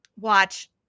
watch